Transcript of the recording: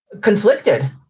conflicted